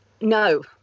No